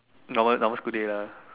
normal normal school day lah